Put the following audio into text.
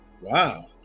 Wow